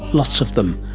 lots of them.